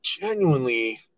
genuinely